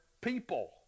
people